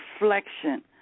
reflection